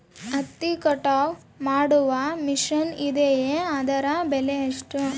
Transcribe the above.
ಹತ್ತಿ ಕಟಾವು ಮಾಡುವ ಮಿಷನ್ ಇದೆಯೇ ಅದರ ಬೆಲೆ ಎಷ್ಟು?